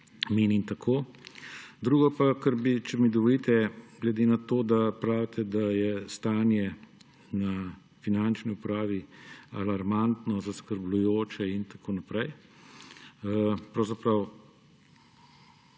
menim tako. Drugo, o čemer bi, če mi dovolite, glede na to, da pravite, da je stanje na finančni upravi alarmantno, zaskrbljujoče in tako naprej. Pravzaprav